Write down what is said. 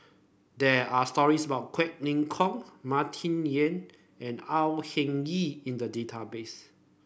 there are stories about Quek Ling Kiong Martin Yan and Au Hing Yee in the database